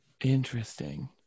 Interesting